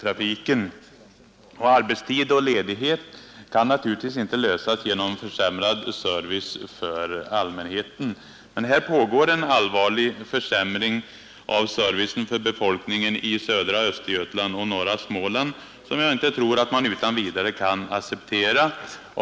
Problemet med arbetstid och ledighet kan naturligtvis inte lösas genom en försämrad service för allmänheten. Här pågår en allvarlig försämring av servicen för befolkningen i södra Östergötland och norra Småland, som jag inte tror att man utan vidare kan acceptera.